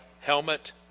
helmet